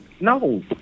no